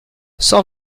cent